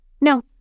No